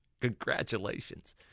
congratulations